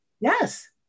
Yes